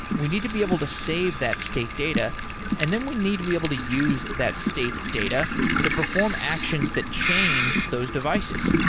we need to be able to save that state data and then we need to be able to use that state data to perform actions that change those devices,